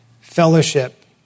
fellowship